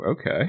Okay